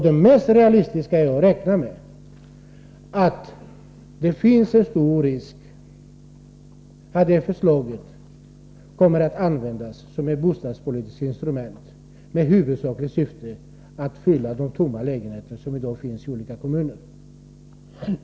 Det mest realistiska är att räkna med att det finns en stor risk att vad som nu föreslås kommer att användas som ett bostadspolitiskt instrument med huvudsakligt syfte att fylla de tomma lägenheter som i dag finns i olika kommuner.